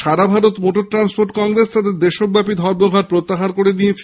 সারা Bharat motor transport congress তাদের দেশব্যাপী ধর্মঘট প্রত্যাহার করে দিয়েছে